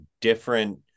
different